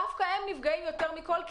דווקא הם נפגעים יותר מכול,